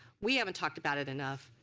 we haven't talked about it enough.